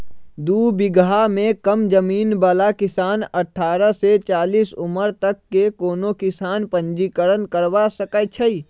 दू बिगहा से कम जमीन बला किसान अठारह से चालीस उमर तक के कोनो किसान पंजीकरण करबा सकै छइ